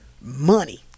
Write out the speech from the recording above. money